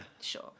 Sure